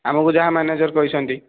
ଆମକୁ ଯାହା ମ୍ୟାନେଜର କହିଛନ୍ତି